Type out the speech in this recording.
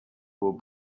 will